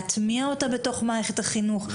להטמיע אותה בתוך מערכת החינוך,